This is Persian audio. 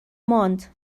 ماند